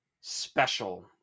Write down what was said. special